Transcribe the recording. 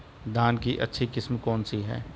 धान की अच्छी किस्म कौन सी है?